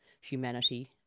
humanity